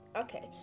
Okay